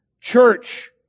church